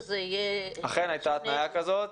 אכן, הייתה התניה כזאת.